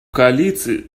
коалиции